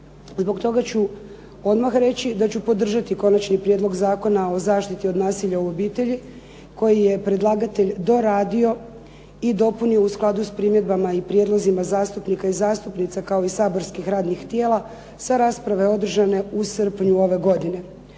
Zbog toga ću odmah reći da ću podržati konačni prijedlog Zakona o zaštiti od nasilja u obitelji koji je predlagatelj doradio i dopunio u skladu s primjedbama i prijedlozima zastupnika i zastupnica kao i saborskih radnih tijela sa rasprave održane u srpnju ove godine.